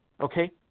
okay